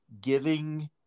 giving –